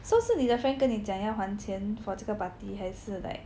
so 是你的 friend 跟你讲要还钱 for 这个 party 还是 like